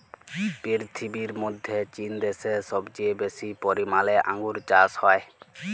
পীরথিবীর মধ্যে চীন দ্যাশে সবচেয়ে বেশি পরিমালে আঙ্গুর চাস হ্যয়